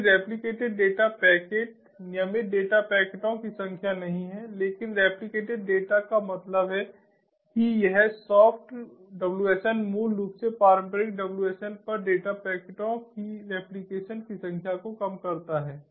इसलिए replicated data packet नियमित data पैकेटों की संख्या नहीं है लेकिन रेप्लिकेटेड डेटा का मतलब है कि यह सॉफ्ट WSN मूल रूप से पारंपरिक WSN पर डेटा पैकेटों की रेप्लिकेशन्स की संख्या को कम करता है